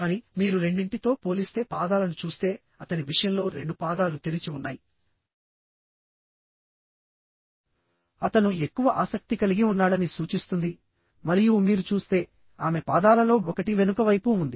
కానీ మీరు రెండింటితో పోలిస్తే పాదాలను చూస్తే అతని విషయంలో రెండు పాదాలు తెరిచి ఉన్నాయి అతను ఎక్కువ ఆసక్తి కలిగి ఉన్నాడని సూచిస్తుంది మరియు మీరు చూస్తే ఆమె పాదాలలో ఒకటి వెనుకవైపు ఉంది